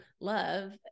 love